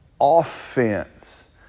Offense